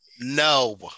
No